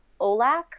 Olac